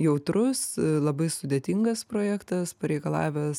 jautrus labai sudėtingas projektas pareikalavęs